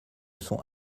sont